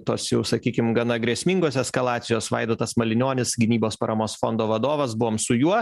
tos jau sakykim gana grėsmingos eskalacijos vaidotas malinionis gynybos paramos fondo vadovas buvom su juo